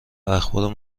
اخبار